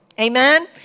Amen